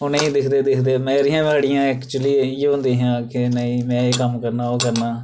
उ'नेंगी दिखदे दिखदे मेरियां बी अड़ियां एक्चुअली इ'यो होंदियां हियां के नेई में एह् कम्म करना ओह् करना